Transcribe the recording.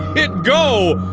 hit go!